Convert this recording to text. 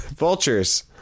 Vultures